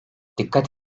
dikkat